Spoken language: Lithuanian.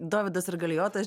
dovydas ir galijotas